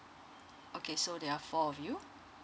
okay so there are four of you